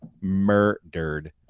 murdered